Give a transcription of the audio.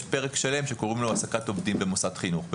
פרק שלם שנקרא העסקת עובדים במוסד חינוך,